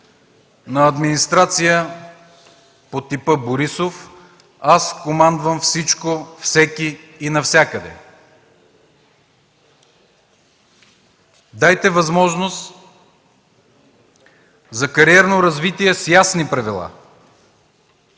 на администрация от типа Борисов: „Аз командвам всичко, всеки и навсякъде!”. Дайте възможност за кариерно развитие с ясни правила,